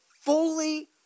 fully